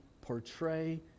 portray